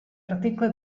article